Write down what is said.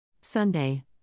Sunday